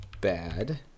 Bad